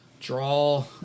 draw